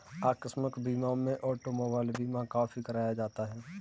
आकस्मिक बीमा में ऑटोमोबाइल बीमा काफी कराया जाता है